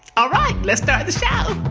all right, let's start the show